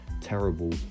terrible